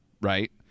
right